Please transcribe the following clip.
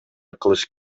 кылыш